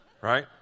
right